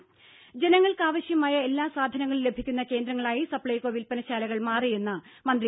ദേദ ജനങ്ങൾക്കാവശ്യമായ എല്ലാ സാധനങ്ങളും ലഭിക്കുന്ന കേന്ദ്രങ്ങളായി സപ്പൈകോ വില്പനശാലകൾ മാറിയെന്ന് മന്ത്രി പി